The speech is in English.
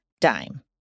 dime